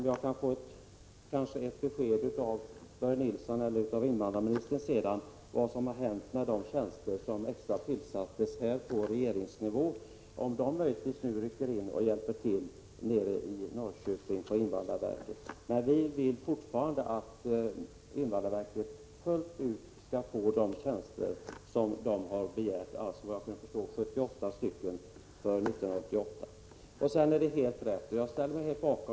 Jag skulle vilja ha ett besked av Börje Nilsson eller invandrarministern om vad som har hänt med de extra tjänster som tillsattes på regeringsnivå — rycker möjligtvis innehavarna av dem nu in och hjälper till på invandrarverket i Norrköping? Vi vill fortfarande att invandrarverket skall få alla de tjänster som man har begärt, alltså såvitt jag kan förstå 78 för 1988.